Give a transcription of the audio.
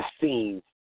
scenes